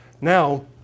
Now